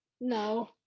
no